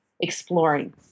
Exploring